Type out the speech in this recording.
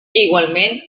igualment